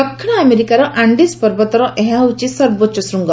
ଦକ୍ଷିଣ ଆମେରିକାର ଆଣ୍ଡିଜ୍ ପର୍ବତର ଏହା ହେଉଛି ସର୍ବୋଚ୍ଚ ଶୂଙ୍ଗ